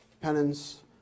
penance